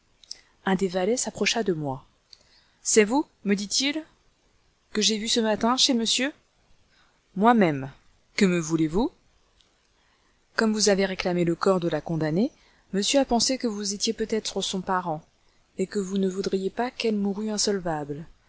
un des valets s'approcha de moi c'est vous me dit-il que j'ai vu ce matin chez monsieur moi-même que me voulez-vous comme vous avez réclamé le corps de la condamnée monsieur a pensé que vous étiez peut-être son parent et que vous ne voudriez pas qu'elle mourût insolvable